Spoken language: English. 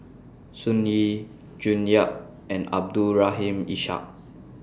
Sun Yee June Yap and Abdul Rahim Ishak